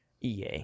EA